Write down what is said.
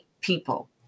people